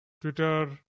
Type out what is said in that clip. Twitter